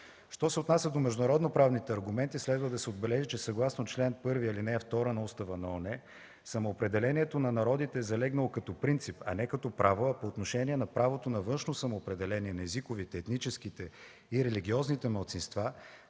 Що се отнася до международно-правните аргументи следва да се отбележи, че съгласно чл. 1, ал. 2 на Устава на ООН, самоопределението на народите е залегнало като принцип, а не като право, а по отношение на правото на външно самоопределение на езиковите, етническите и религиозните малцинства,